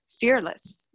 fearless